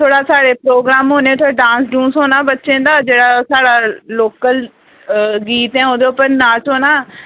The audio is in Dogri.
थोह्ड़ा साढ़े प्रोग्राम होने ते डांस डूंस होना बच्चें दा जेह्ड़ा साढ़ा लोकल गीत ऐ ओह्दे उप्पर नाच होना